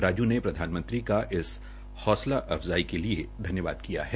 राजू ने प्रधानमंत्री का इस हौसला अफजाई के लिए धन्यवाद किया है